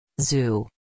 Zoo